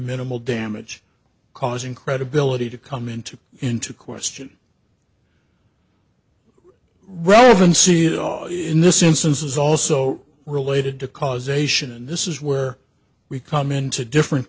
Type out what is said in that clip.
minimal damage causing credibility to come into into question relevancy it all in this instance is also related to causation and this is where we come in to different